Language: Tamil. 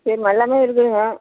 சரிங்க எல்லாமே இருக்குதுங்க